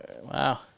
Wow